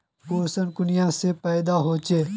पोषण कुनियाँ से पैदा होचे?